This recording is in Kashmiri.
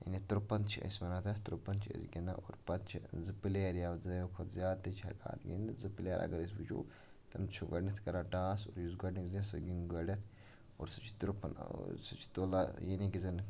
یعنے تُرپَن چھِ أسۍ وَنان تَتھ ترُپَن چھِ أسۍ گِندان اور پَتہٕ چھِ زٕ پٔلیر یا دۄیو کھۄتہٕ زیادٕ تہِ چھِ ہٮ۪کان اَتھ گِندِتھ زٕ پٔلیر اَگر أسۍ وٕچھو تٔمۍ چھِ گۄڈٕنیتھ کران ٹاس یُس گۄڈٕنیتھ گِندِ سُہ گِنٛدِ گۄڈٕنیتھ اور سُہ چھِ تُرپن تُرپن تُلان یعنے کہِ زَن